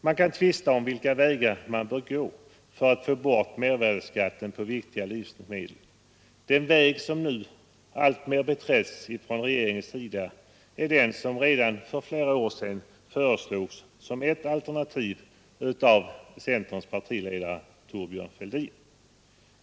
Man kan tvista om vilka vägar man bör gå för att få bort mervärdeskatten på viktiga livsmedel. Den väg som nu alltmer beträtts av regeringen är den som redan för flera år sedan föreslogs som ett alternativ av centerns partiledare Thorbjörn Fälldin.